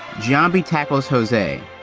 giambi tackles jose.